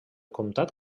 comtat